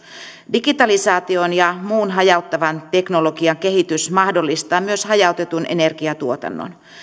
digitalisaation ja muun hajauttavan teknologian kehitys mahdollistaa myös hajautetun energiatuotannon